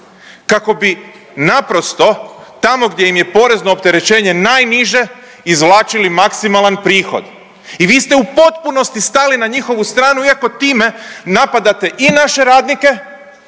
Kako bi naprosto tamo gdje im je porezno opterećenje najniže izvlačili maksimalan prihod. I vi ste u potpunosti stali na njihovu stranu, iako time napadate i naše radnike.